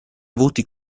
avuti